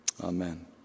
amen